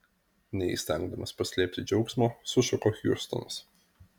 neįstengdamas paslėpti džiaugsmo sušuko hiustonas